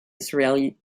israeli